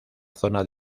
zona